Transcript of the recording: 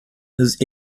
his